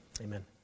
Amen